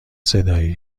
صدایی